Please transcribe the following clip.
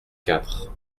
quatre